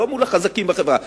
לא מול החזקים בחברה.